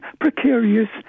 precarious